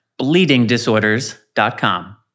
bleedingdisorders.com